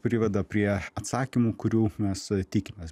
priveda prie atsakymų kurių mes tikimės